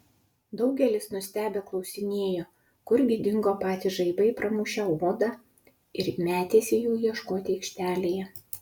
daugelis nustebę klausinėjo kurgi dingo patys žaibai pramušę odą ir metėsi jų ieškoti aikštelėje